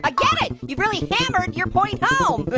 ah get it. you really hammered your point home.